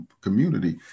community